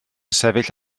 sefyll